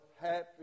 happy